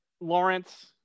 Lawrence